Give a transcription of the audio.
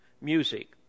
music